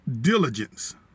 diligence